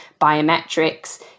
biometrics